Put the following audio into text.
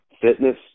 fitness